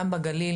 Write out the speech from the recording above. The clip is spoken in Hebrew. גם בגליל,